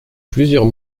plusieurs